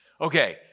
Okay